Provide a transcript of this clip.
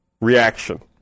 reaction